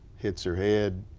hits her head.